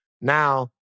Now